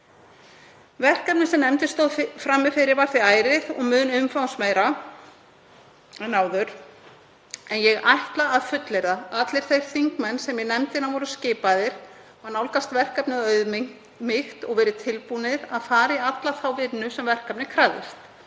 Verkefnið sem nefndin stóð frammi fyrir var því ærið og mun umfangsmeira en áður, en ég ætla að fullyrða að allir þeir þingmenn sem í nefndina voru skipaðir hafi nálgast verkefnið af auðmýkt og verið tilbúnir að fara í alla þá vinnu sem verkefnið krafðist.